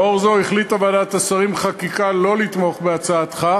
לאור זאת החליטה ועדת השרים לחקיקה שלא לתמוך בהצעתך.